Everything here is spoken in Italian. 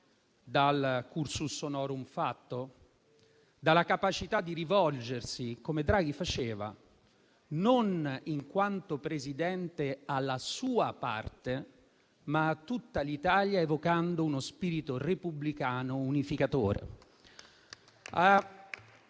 dal *cursus honorum* fatto, dalla capacità di rivolgersi, come Draghi faceva in quanto Presidente, non alla sua parte, ma a tutta l'Italia, evocando uno spirito repubblicano unificatore.